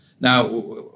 Now